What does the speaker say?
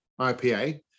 ipa